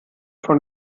von